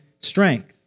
strength